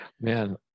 Man